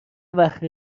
وقت